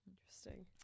Interesting